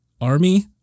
army